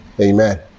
Amen